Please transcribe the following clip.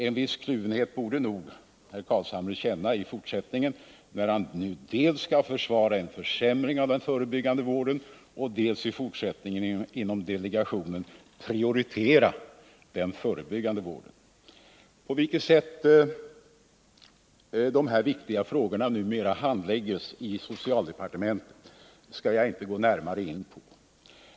En viss kluvenhet borde herr Carlshamre känna i fortsättningen, när han dels skall försvara en försämring av den förebyggande vården, dels skall prioritera den förebyggande vården. På vilket sätt de här viktiga frågorna numera handläggs i socialdepartementet skall jag inte gå närmare in på.